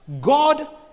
God